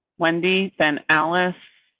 wendy, then alice.